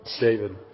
David